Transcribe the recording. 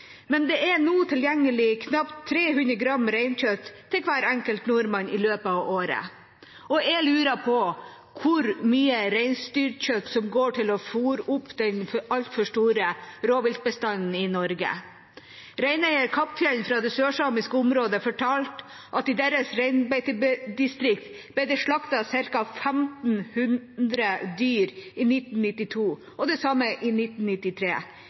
men det er nå tilgjengelig knapt 300 g reinkjøtt til hver enkelt nordmann i løpet av året. Jeg lurer på hvor mye reinsdyrkjøtt som går til å fôre opp den altfor store rovviltbestanden i Norge. Reineier Kappfjell fra det sørsamiske området fortalte at i deres reinbeitedistrikt ble det slaktet ca. 1 500 dyr i 1992 og det samme i 1993.